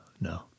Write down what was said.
no